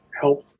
help